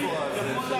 למה?